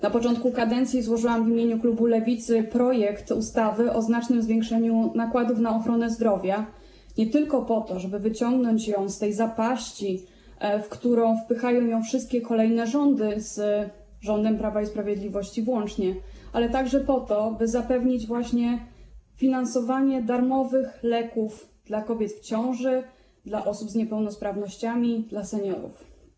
Na początku kadencji złożyłam w imieniu klubu Lewicy projekt ustawy o znacznym zwiększeniu nakładów na ochronę zdrowia nie tylko po to, żeby wyciągnąć ją z tej zapaści, w którą wpychają ją wszystkie kolejne rządy, z rządem Prawa i Sprawiedliwości włącznie, ale także po to, by zapewnić finansowanie darmowych leków kobietom w ciąży, osobom z niepełnosprawnościami, seniorom.